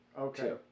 okay